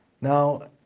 Now